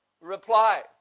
reply